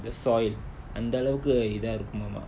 the soil அந்த அளவுக்கு இதா இருக்குமாமா:antha alavukku itha irukumamaa